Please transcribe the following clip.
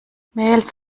mails